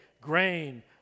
grain